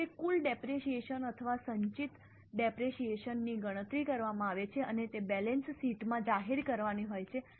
જેમ કે કુલ ડેપરેશીયેશન અથવા સંચિત ડેપરેશીયેશન ની ગણતરી કરવામાં આવે છે અને તે બેલેન્સ શીટમાં જાહેર કરવાની હોય છે